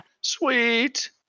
Sweet